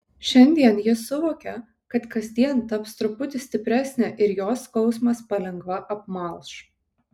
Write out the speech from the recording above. šiandien ji suvokė kad kasdien taps truputį stipresnė ir jos skausmas palengva apmalš